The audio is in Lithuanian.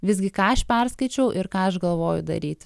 visgi ką aš perskaičiau ir ką aš galvoju daryti